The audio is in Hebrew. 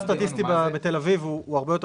היא ניסתה לשים אזור סטטיסטי שיש בו הומוגניות